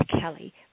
Kelly